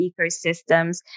ecosystems